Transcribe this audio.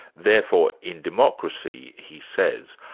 therefore in democracy, he says,